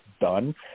done